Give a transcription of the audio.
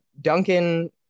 Duncan